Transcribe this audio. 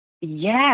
Yes